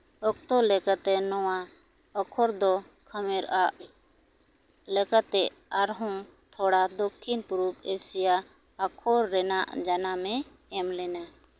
ᱚᱠᱛᱚ ᱞᱮᱠᱟᱛᱮ ᱱᱚᱣᱟ ᱚᱠᱷᱚᱨ ᱫᱚ ᱠᱷᱟᱢᱮᱨ ᱟᱜ ᱞᱮᱠᱟᱛᱮ ᱟᱨᱦᱚᱸ ᱛᱷᱚᱲᱟ ᱫᱚᱠᱠᱷᱤᱱ ᱯᱩᱨᱵᱚ ᱮᱥᱤᱭᱟ ᱟᱠᱷᱚᱨ ᱨᱮᱭᱟᱜ ᱡᱟᱱᱟᱢᱮ ᱮᱢ ᱞᱮᱱᱟ